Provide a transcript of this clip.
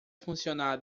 funcionar